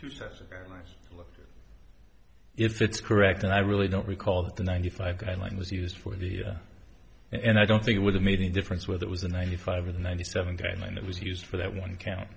luck if it's correct and i really don't recall that the ninety five guideline was used for the and i don't think it would have made any difference whether it was the ninety five or the ninety seven guideline that was used for that one count